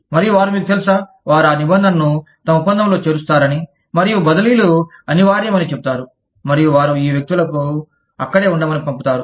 మరియు వారు మీకు తెలుసా వారు ఆ నిబంధనను తమ ఒప్పందంలో చేరుస్తారని మరియు బదిలీలు అనివార్యమని చెప్తారు మరియు వారు ఈ వ్యక్తులను అక్కడే పంపుతారు